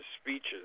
speeches